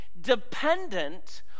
dependent